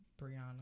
Brianna